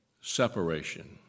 separation